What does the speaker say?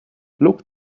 lock